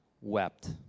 wept